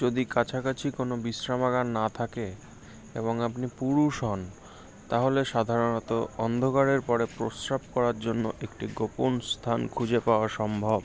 যদি কাছাকাছি কোনও বিশ্রামাগার না থাকে এবং আপনি পুরুষ হন তাহলে সাধারণত অন্ধকারের পরে প্রস্রাব করার জন্য একটি গোপন স্থান খুঁজে পাওয়া সম্ভব